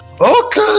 Okay